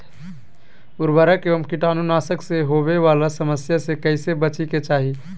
उर्वरक एवं कीटाणु नाशक से होवे वाला समस्या से कैसै बची के चाहि?